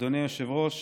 אדוני היושב-ראש,